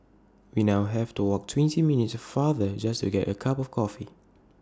we now have to walk twenty minutes farther just to get A cup of coffee